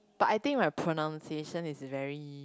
but I think my pronunciation is very